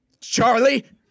Charlie